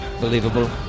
believable